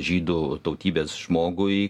žydų tautybės žmogui